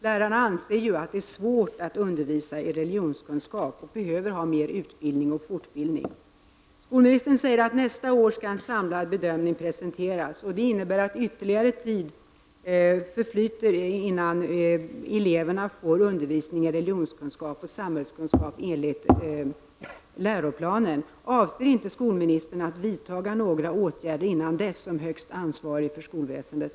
Lärarna anser ju att det är svårt att undervisa i religionskunskap och behöver mer utbildning och fortbildning. Skolministern säger att en samlad bedömning skall presenteras nästa år, och det innebär att ytterligare tid förflyter innan eleverna får undervisning i religionskunskap och samhällskunskap enligt läroplanen. Avser inte skolmi nistern att vidta några åtgärder innan dess, som högste ansvarig för skolväsendet?